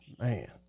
Man